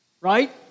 right